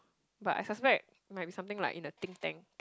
but I suspect might be something like in a think tank